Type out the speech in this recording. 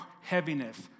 heaviness